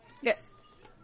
Yes